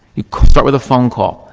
you start with a phone call.